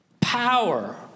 power